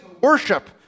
worship